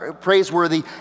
praiseworthy